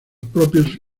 propios